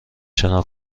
شنا